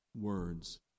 words